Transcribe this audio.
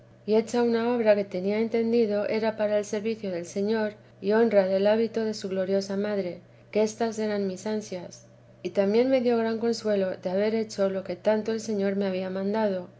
y hecha una obra que tenía entendido era para el servicio del señor y honra del hábito de su gloriosa madre que estas eran mis ansias y también me dio gran consuelo de haber hecho lo que j tanto el señor me había mandado